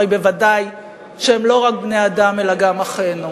הרי ודאי שהם לא רק בני-אדם אלא גם אחינו.